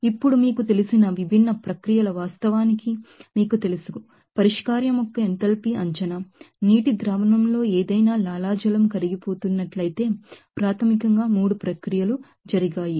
ఇప్పుడు మీకు తెలిసిన విభిన్న ప్రక్రియలు వాస్తవానికి మీకు తెలుసు పరిష్కారం యొక్క ఎంథాల్పీ అంచనా వాటర్ సొల్యూషన్ ఏదైనా లాలాజలం కరిగిపోతున్నట్లయితే ప్రాథమికంగా 3 ప్రక్రియలు జరిగాయి